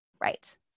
right